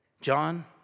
John